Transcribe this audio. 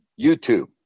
YouTube